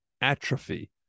atrophy